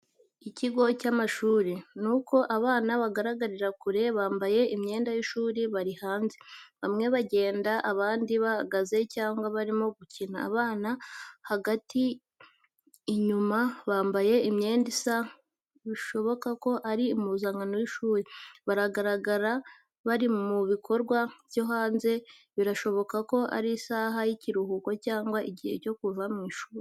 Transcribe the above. Ikigo cy’amashuri, nuko abana bagaragarira kure, bambaye imyenda y’ishuri, bari hanze, bamwe bagenda abandi bahagaze cyangwa barimo gukina. Abana hagati n’inyuma bambaye imyenda isa bishoboka ko ari impuzankano y’ishuri. Bagaragara bari mu bikorwa byo hanze, birashoboka ko ari isaha y’ikiruhuko cyangwa igihe cyo kuva mu ishuri.